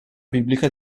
biblica